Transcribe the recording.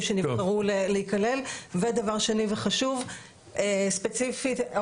שנבחרו להיכלל ודבר שני וחשוב ספציפית,